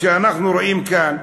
שאנחנו רואים כאן,